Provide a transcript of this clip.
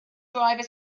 driver